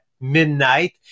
midnight